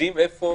יודעים איפה